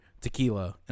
tequila